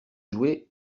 jouer